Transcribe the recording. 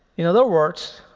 in other words,